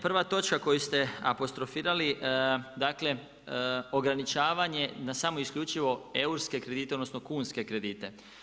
Prva točka koju ste apostrofirali, dakle ograničavanje na samo isključivo euro kredite odnosno kunske kredite.